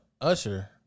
Usher